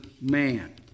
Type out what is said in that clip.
man